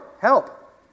help